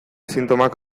sintomak